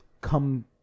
come